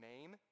name